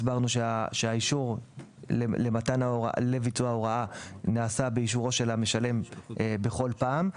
הסברנו שהאישור לביצוע ההוראה נעשה באישורו של המשלם בכל פעם,